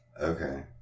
Okay